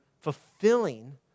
fulfilling